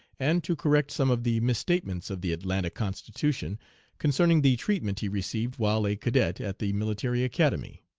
and to correct some of the misstatements of the atlanta constitution concerning the treatment he received while a cadet at the military academy.